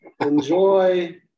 enjoy